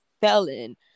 felon